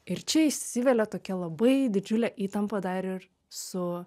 ir čia įsivelia tokia labai didžiulė įtampa dar ir su